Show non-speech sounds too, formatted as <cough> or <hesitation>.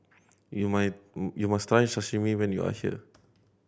you may <hesitation> you must try Sashimi when you are here